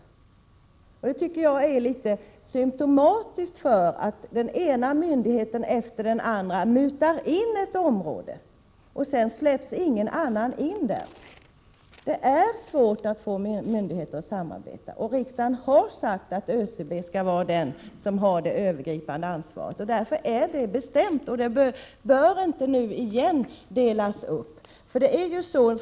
Det tycker jag är symptomatiskt — den ena myndigheten efter den andra mutar in ett område, och sedan släpps ingen annan in där. Det är svårt att få myndigheter att samarbeta, trots att riksdagen har uttalat att ÖCB skall ha det övergripande ansvaret. Det är alltså beslutat, och det bör inte delas upp nu igen.